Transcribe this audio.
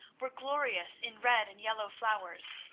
were glorious in red and yellow flowers.